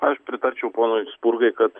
aš pritarčiau ponui spurgai kad